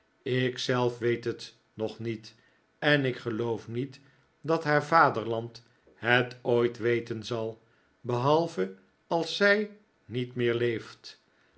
zelf weet het nog niet en ik geloof niet dat haar vaderland het ooit weten zal behalve als zij niet meer leeft